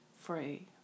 free